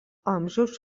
kultūros